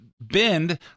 bend